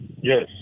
Yes